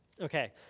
Okay